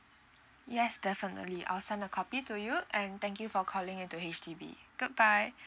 yes definitely I'll sent a copy to you and thank you for calling into H_D_B goodbye